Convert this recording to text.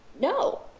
No